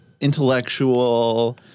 intellectual